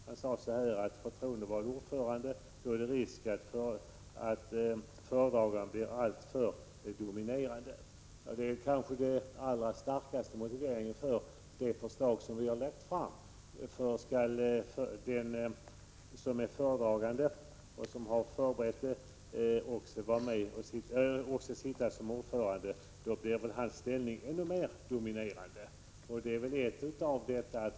Han sade att det med en förtroendevald ordförande finns risk för att föredraganden blir alltför dominerande. Det är kanske den allra starkaste motiveringen för det förslag som vi har lagt fram. Skall föredraganden också sitta såsom ordförande, blir väl hans ställning ännu mer dominerande.